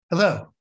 Hello